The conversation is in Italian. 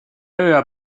aveva